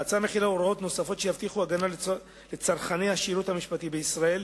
ההצעה מכילה הוראות נוספות שיבטיחו הגנה לצרכני השירות המשפטי בישראל,